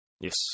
Yes